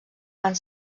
van